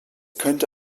könnte